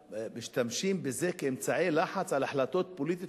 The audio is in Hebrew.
משתמשים בזה כאמצעי לחץ על החלטות פוליטיות